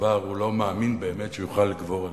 דבר הוא לא מאמין באמת שהוא יוכל לגבור עליהן,